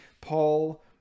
Paul